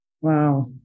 Wow